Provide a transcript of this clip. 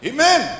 Amen